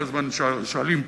כל הזמן שואלים פה,